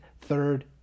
third